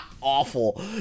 awful